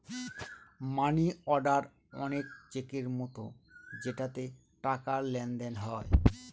মানি order অনেক চেকের মতো যেটাতে টাকার লেনদেন হয়